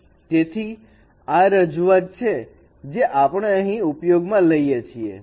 તેથી આ તે રજૂઆત છે જે આપણે અહીં ઉપયોગમાં લઈએ છીએ